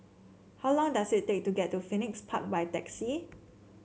how long does it take to get to Phoenix Park by taxi